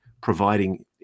providing